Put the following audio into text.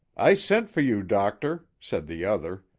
i sent for you, doctor, said the other,